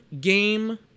game